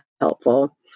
helpful